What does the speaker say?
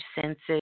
senses